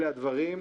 אלה הדברים,